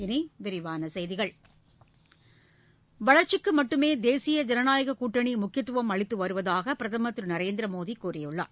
இனி விரிவான செய்திகள் வளர்ச்சிக்கு மட்டுமே தேசிய ஜனநாயக கூட்டணி முக்கியத்துவம் அளித்து வருவதாக பிரதமர் திரு நரேந்திர மோடி கூறியுள்ளார்